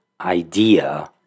idea